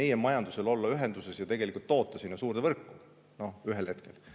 meie majandusel olla ühenduses ja ühel hetkel ka toota sinna suurde võrku. See on tegelikult